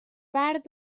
part